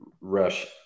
rush